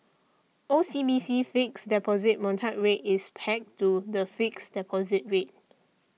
O C B C Fixed Deposit Mortgage Rate is pegged to the fixed deposit rate